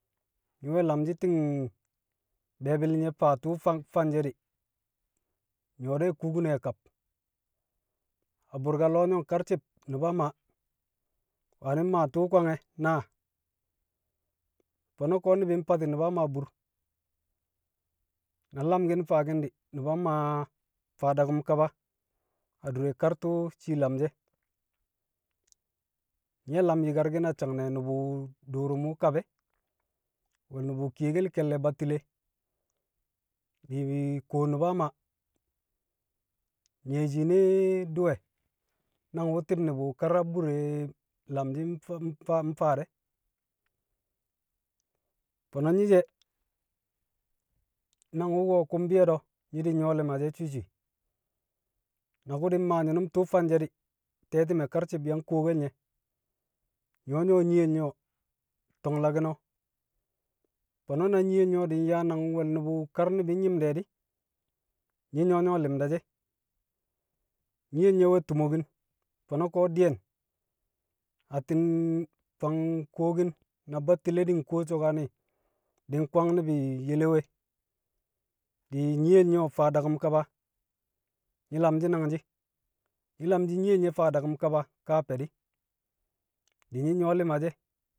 Nyi̱ we̱ lamshi̱ ti̱ng be̱e̱bi̱l nye̱ faa tu̱u̱ fan fanshe̱ di̱, nyu̱wo̱ dẹ kubune a kab. A bu̱rka lo̱o̱ nyo̱ng karci̱b, Nu̱ba Maa wani̱ maa tṵṵ kwange̱ naa. Fo̱no̱ ko̱ ni̱bi̱ mfati̱ Nu̱ba Maa bur. Na lamki̱n, mfaaki̱n di̱, Nu̱ba Maa faa daku̱m kaba adure kar tu̱u̱ shii lamshi̱ e̱. Nye̱ lam yi̱karki̱n a sang ne̱ nu̱bu̱ du̱u̱ru̱m wu̱ kab e̱, we̱l nu̱bu̱ kiyakel ke̱lle̱ Battile, di̱ shii kuwo Nu̱ba Maa, nyi̱yẹ shiine du̱wẹ, nang wu̱ ti̱b nu̱bu̱ kar a bur e lamshi̱ mfa- mfa- mfaa de. Fo̱no̱ nyi̱ she̱, nang wu̱ko̱ ku̱ mbi̱yo̱ do̱, nyi̱ nyu̱wo̱ li̱ma shẹ swi̱i̱ swi̱i̱. Na ku̱ mmaa nyinu̱m tu̱u̱ fanshẹ di̱, Te̱ti̱me̱ karci̱b yang kuwokel nyẹ, nyu̱wo̱ nyiyel nye̱ o̱ to̱nglaki̱n o̱, fo̱no̱ na nyiyel nye̱ o̱ nyaa nang wo̱l nu̱bu̱ kar ni̱bi̱ nyi̱m de̱ di̱, nyi̱ nyu̱wo̱ nyu̱wo̱ li̱mda she̱. Nyiyel nye̱ we̱ tumokin. Fo̱no̱ ko̱ di̱yẹn, atti̱n fang kuwokin na Battile di̱ nkuwo so̱kaane̱, di̱ nkwang ni̱bi̱ yelewe di̱ nyiyel nye̱ wu̱ faa daku̱m kaba. Nyi̱ lamshi̱ nangshi̱. Nyi̱ lamshi̱ nyiyel nye̱ faa daku̱m kaba ka a mfe̱ di̱, di̱ nyi̱ nyu̱wu̱ li̱ma shẹ.